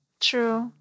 True